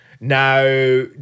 now